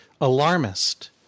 alarmist